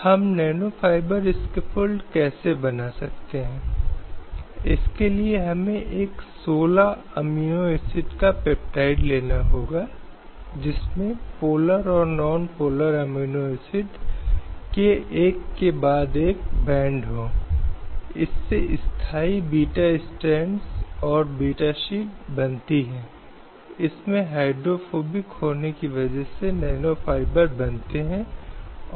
संविधान न केवल लिंगों की समानता को प्रदान करता है बल्कि राज्य को देशभक्त समाज के अजीब पुराने और मौजूदा परंपराओं मिलने और विश्वासों के कारण संचयी नुकसान के निवारण के लिए सुरक्षात्मक और भेदभाव पूर्ण उपाय करने का अधिकार देता है